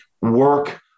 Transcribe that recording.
work